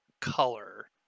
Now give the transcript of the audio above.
color